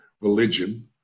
religion